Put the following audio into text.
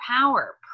power